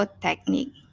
Technique